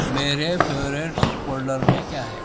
میرے favourites folder میں کیا ہے